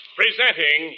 presenting